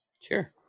Sure